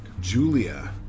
julia